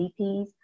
VPs